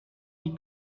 qui